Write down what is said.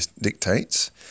dictates